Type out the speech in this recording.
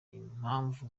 impamvu